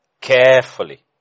carefully